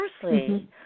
Firstly